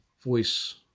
voice